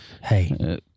Hey